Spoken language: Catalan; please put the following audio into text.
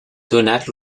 donat